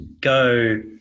go